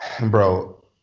bro